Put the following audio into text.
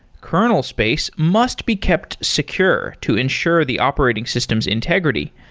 kernel space must be kept secure to ensure the operating system's integrity.